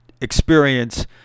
experience